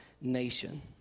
nation